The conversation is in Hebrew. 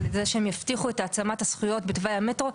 זה שהם יבטיחו את העצמת הזכויות בתוואי המטרו.